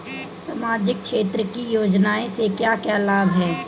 सामाजिक क्षेत्र की योजनाएं से क्या क्या लाभ है?